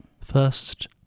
First